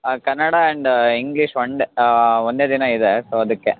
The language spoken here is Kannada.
Kannada and English one day ಒಂದೇ ದಿನ ಇದೆ ಸೊ ಅದಕ್ಕೆ